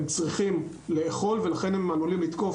הם צריכים לאכול ולכן הם עלולים לתקוף,